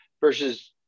versus